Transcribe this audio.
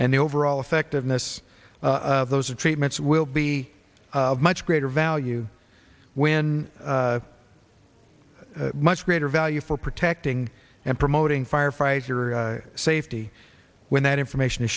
and the overall effectiveness of those are treatments will be of much greater value when much greater value for protecting and promoting firefighter safety when that information